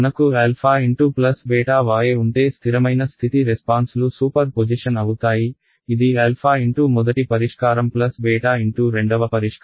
మనకు α x β y ఉంటే స్థిరమైన స్థితి రెస్పాన్స్ లు సూపర్ పొజిషన్ అవుతాయి ఇది α × మొదటి పరిష్కారం β × రెండవ పరిష్కారం